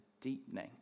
deepening